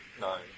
Nine